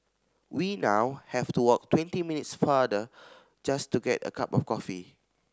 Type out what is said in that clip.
we now have to walk twenty minutes farther just to get a cup of coffee